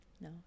no